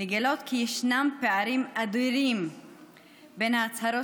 לגלות כי ישנם פערים אדירים בין ההצהרות